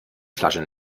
flasche